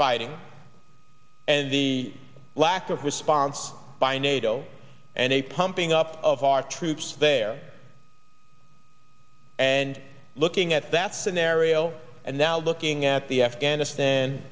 fighting and the lack of response by nato and a pumping up of our troops there and looking at that scenario and now looking at the afghanistan